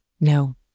No